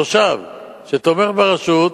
תושב שתומך ברשות,